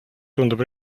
tundub